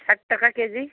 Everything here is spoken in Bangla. ষাট টাকা কেজি